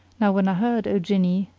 now when i heard, o jinni,